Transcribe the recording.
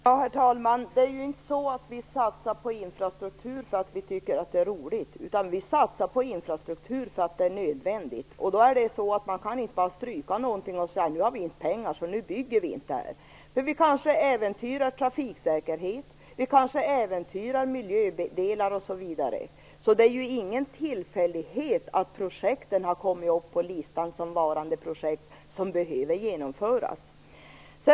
Herr talman! Det är ju inte så att vi satsar på infrastruktur därför att vi tycker att det är roligt, utan det gör vi därför att det är nödvändigt. Man kan då inte bara säga att man inte har några pengar och låta bli att bygga. Då kanske vi äventyrar trafiksäkerhet, miljövärden osv. Det är alltså ingen tillfällighet att projekten har kommit upp till ytan såsom varande projekt som behöver genomföras.